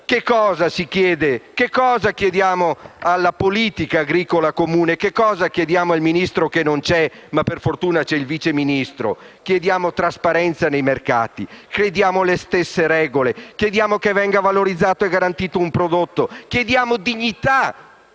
di *desiderata*? Cosa chiediamo alla Politica agricola comune e al Ministro che non c'è (ma per fortuna c'è il Vice Ministro)? Chiediamo trasparenza nei mercati; chiediamo le stesse regole; chiediamo che venga valorizzato e garantito un prodotto; chiediamo dignità